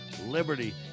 liberty